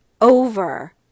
over